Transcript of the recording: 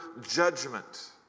judgment